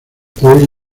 hoy